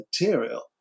material